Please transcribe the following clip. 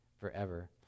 forever